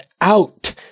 out